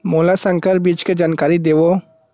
मोला संकर बीज के जानकारी देवो?